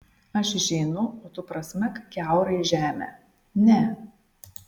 aš išeinu o tu prasmek kiaurai žemę ne